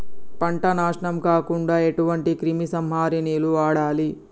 పంట నాశనం కాకుండా ఎటువంటి క్రిమి సంహారిణిలు వాడాలి?